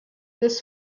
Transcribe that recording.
this